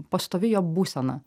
pastovi jo būsena